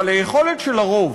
אבל היכולת של הרוב